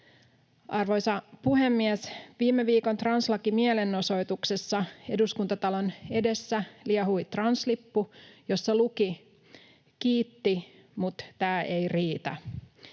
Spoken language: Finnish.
Arvoisa puhemies! Viime viikon translakimielenosoituksessa Eduskuntatalon edessä liehui translippu, jossa luki "kiitti, mut tää ei riitä",